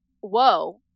whoa